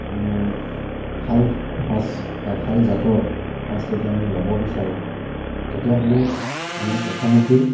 আমি ভাল সঁচ বা ভাল জাতৰ সঁচ যদি আমি ল'ব বিচাৰোঁ তেতিয়াহ'লে আমি প্ৰথমতে